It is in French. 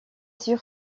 sur